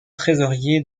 trésorier